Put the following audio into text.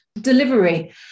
Delivery